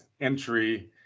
entry